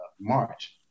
March